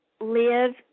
live